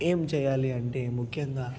ఏం చేయాలి అంటే ముఖ్యంగా